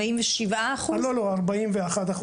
כיתות ד' 48%,